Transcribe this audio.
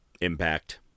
Impact